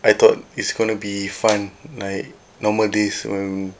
I thought it's going to be fun like normal days when